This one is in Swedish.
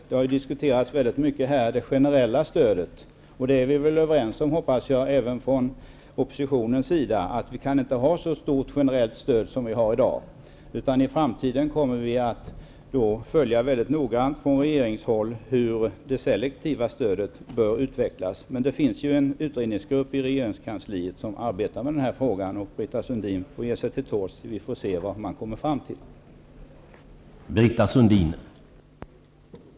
Det generella stödet har ju diskuterats mycket här, och oppositionen är väl överens med oss om att vi inte kan ge så stort generellt stöd som vi ger i dag. I framtiden kommer vi från regeringens sida i stället att mycket noggrant följa upp hur det selektiva stödet kommer att utvecklas, och i regeringskansliet finns det en utredningsgrupp som arbetar med den här frågan. Britta Sundin får ge sig till tåls och se vad man kommer fram till i utredningen.